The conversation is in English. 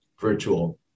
virtual